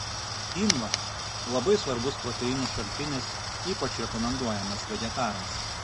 kynva labai svarbus proteinų šaltinis ypač rekomenduojamas vegetarams